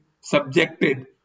subjected